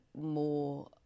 more